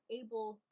able